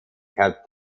kept